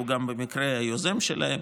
והוא במקרה גם היוזם שלהם.